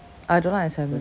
I don't like the salmon